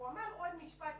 והוא אמר עוד משפט: